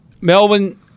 Melbourne